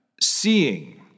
seeing